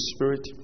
Spirit